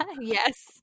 Yes